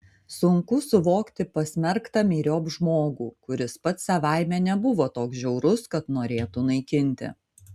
sunku suvokti pasmerktą myriop žmogų kuris pats savaime nebuvo toks žiaurus kad norėtų naikinti